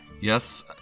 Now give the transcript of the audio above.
Yes